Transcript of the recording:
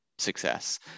success